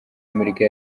amerika